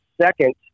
second